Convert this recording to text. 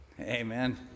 Amen